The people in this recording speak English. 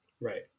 Right